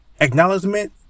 Acknowledgement